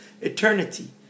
Eternity